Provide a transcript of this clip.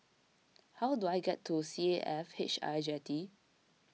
how do I get to C A F H I Jetty